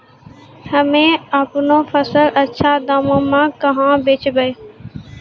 हम्मे आपनौ फसल अच्छा दामों मे कहाँ बेचबै?